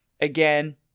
again